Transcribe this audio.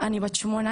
אני בת 18,